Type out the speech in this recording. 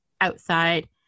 outside